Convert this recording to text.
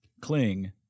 Cling